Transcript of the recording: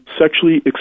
sexually